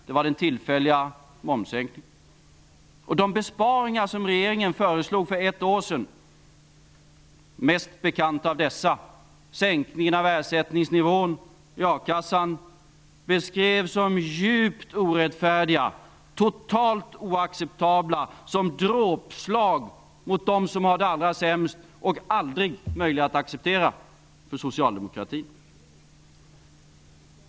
Det var den tillfälliga momssänkningen. De besparingar som regeringen föreslog för ett år sedan -- mest bekant av dessa är ju sänkningen av ersättningsnivån i a-kassan -- beskrevs som djupt orättfärdiga, som totalt oacceptabla och som ett dråpslag mot dem som har det allra sämst och något som aldrig var möjligt att acceptera för socialdemokratin.